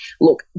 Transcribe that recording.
look